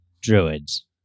Druids